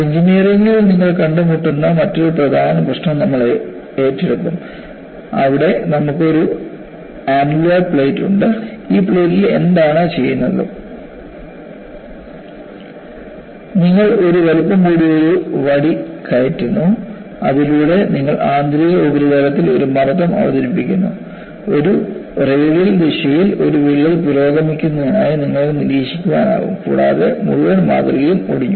എഞ്ചിനീയറിംഗിൽ നിങ്ങൾ കണ്ടുമുട്ടുന്ന മറ്റൊരു പ്രധാന പ്രശ്നം നമ്മൾ ഏറ്റെടുക്കും അവിടെ നമുക്ക് ഒരു അനുലർ പ്ലേറ്റ് ഉണ്ട് ഈ പ്ലേറ്റിൽ എന്താണ് ചെയ്യുന്നത് നിങ്ങൾ ഒരു വലുപ്പം കൂടിയ ഒരു വടി കയറ്റുന്നു അതിലൂടെ നിങ്ങൾ ആന്തരിക ഉപരിതലത്തിൽ ഒരു മർദ്ദം അവതരിപ്പിക്കുന്നു ഒരു റേഡിയൽ ദിശയിൽ ഒരു വിള്ളൽ പുരോഗമിക്കുന്നതായി നിങ്ങൾക്ക് നിരീക്ഷിക്കാൻ ആവും കൂടാതെ മുഴുവൻ മാതൃകയും ഒടിഞ്ഞു